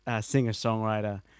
singer-songwriter